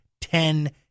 ten